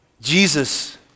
Jesus